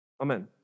Amen